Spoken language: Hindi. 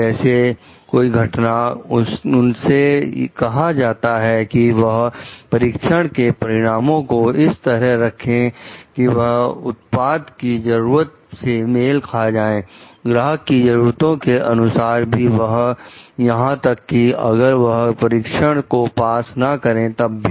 जैसे कोई घटना उनसे कहा जाता है कि वह परीक्षण के परिणामों को इस तरह से रखें कि वह उत्पाद की जरूरत से मेल खा जाएं ग्राहक की जरूरतों के अनुसार भी यहां तक कि अगर वह परीक्षण को पास ना करें तब भी